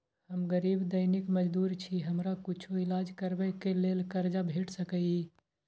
हम गरीब दैनिक मजदूर छी, हमरा कुछो ईलाज करबै के लेल कर्जा भेट सकै इ?